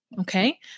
Okay